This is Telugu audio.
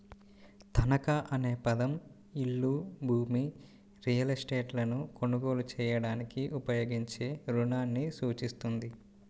తనఖా అనే పదం ఇల్లు, భూమి, రియల్ ఎస్టేట్లను కొనుగోలు చేయడానికి ఉపయోగించే రుణాన్ని సూచిస్తుంది